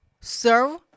serve